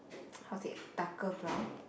how to say darker brown